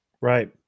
Right